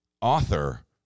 author